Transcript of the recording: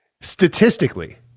statistically